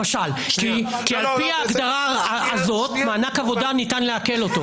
לפי ההגדרה הזאת, ניתן לעקל מענק עבודה.